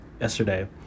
yesterday